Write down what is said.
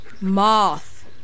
Moth